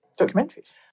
documentaries